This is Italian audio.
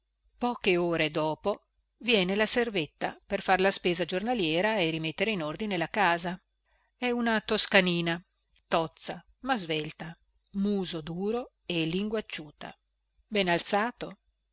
poche ore dopo viene la servetta per far la spesa giornaliera e rimettere in ordine la casa è una toscaninà tozza ma svelta muso duro e linguacciuta ben alzato